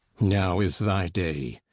now is thy day!